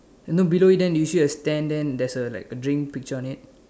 then below it then do you see a stand then there's a like a drink picture on it